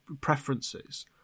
preferences